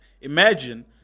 Imagine